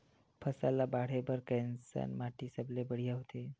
फसल ला बाढ़े बर कैसन माटी सबले बढ़िया होथे?